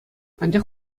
анчах